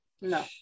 No